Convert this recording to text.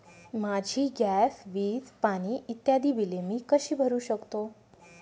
माझी गॅस, वीज, पाणी इत्यादि बिले मी कशी भरु शकतो?